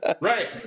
Right